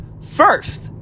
first